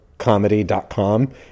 comedy.com